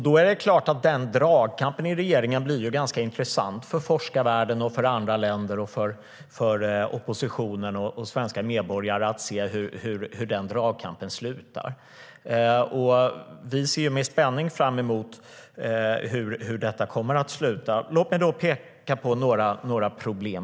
Det är då ganska intressant för forskarvärlden, för andra länder, för oppositionen och för svenska medborgare att se hur den dragkampen i regeringen slutar. Jag ser med spänning fram emot det. Låt mig peka på några problem.